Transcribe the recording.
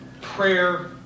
prayer